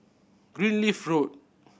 Greenleaf Road